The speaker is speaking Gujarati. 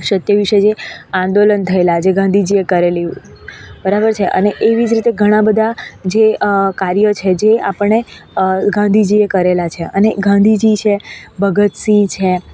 સત્ય વિશે જે આંદોલન થએલા જે ગાંધીજી એ કરેલી બરાબર છે અને એવી જ રીતે ઘણા બધા જે કાર્યો છે જે આપણે ગાંધીજીએ કરેલા છે અને ગાંધીજી છે ભગતસિંહ છે